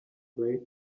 way